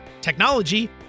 technology